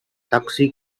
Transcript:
taksi